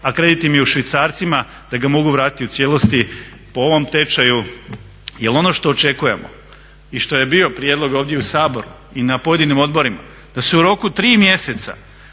a kredit im je u švicarcima da ga mogu vratiti u cijelosti po ovom tečaju. Jel ono što očekujemo i što je bio prijedlog ovdje u Saboru i na pojedinim odborima da se u roku tri mjeseca